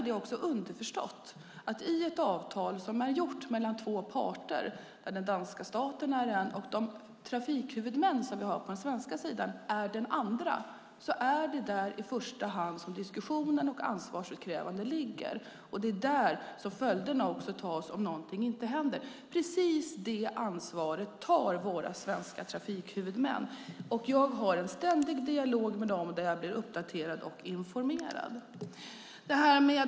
Det är underförstått att när det gäller ett avtal som är gjort mellan två parter, där den danska staten är en och de trafikhuvudmän som vi har på den svenska sidan är den andra, är det i första hand där som diskussionen och ansvarsutkrävandet ska ske. Det är där som följderna också tas om någonting inte händer. Precis detta ansvar tar våra svenska trafikhuvudmän. Jag har en ständig dialog med dem då jag blir uppdaterad och informerad.